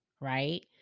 right